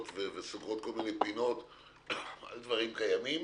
וסוגרות כל מיני פינות על דברים קיימים